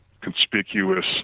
conspicuous